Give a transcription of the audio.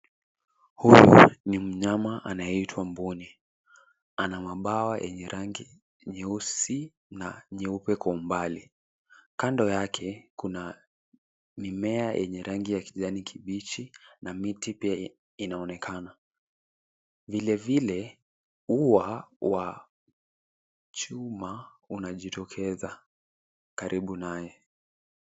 Huu ni mnyama anaitwa mbuni, ana mabawa yenye rangi nyeusi na nyeupe kwa umbali. Kando yake, kuna mimea yenye rangi ya kijani kibichi na miti pia inaonekana. Vilevile ua wa chuma unajitokeza karibu naye.